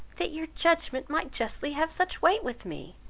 that your judgment might justly have such weight with me.